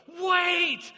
wait